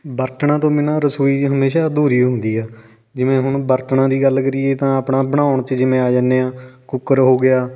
ਬਰਤਨਾਂ ਤੋਂ ਬਿਨਾਂ ਰਸੋਈ ਹਮੇਸ਼ਾਂ ਅਧੂਰੀ ਹੁੰਦੀ ਆ ਜਿਵੇਂ ਹੁਣ ਬਰਤਨਾਂ ਦੀ ਗੱਲ ਕਰੀਏ ਤਾਂ ਆਪਣਾ ਬਣਾਉਣ 'ਚ ਜਿਵੇਂ ਆ ਜਾਂਦੇ ਆ ਕੁੱਕਰ ਹੋ ਗਿਆ